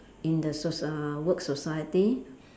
in the socie~ work society